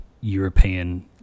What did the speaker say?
European